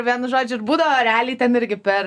vienu žodžiu ir būdavo realiai ten irgi per